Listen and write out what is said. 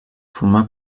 formà